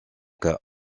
cas